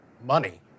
money